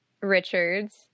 richards